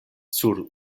sur